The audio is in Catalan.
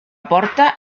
porta